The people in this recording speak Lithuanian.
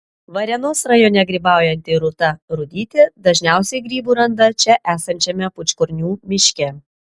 varėnos rajone grybaujanti rūta rudytė dažniausiai grybų randa čia esančiame pūčkornių miške